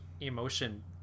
emotion